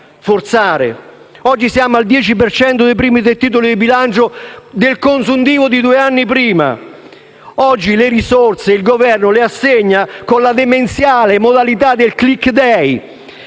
oggi siamo al 10 per cento dei primi tre titoli del bilancio consuntivo di due anni prima. Oggi le risorse il Governo le assegna con la demenziale modalità del *click day*,